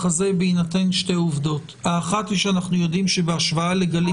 הזה בהינתן שתי עובדות: האחת היא שאנחנו יודעים שבהשוואה לגלים